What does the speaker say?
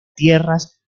tierras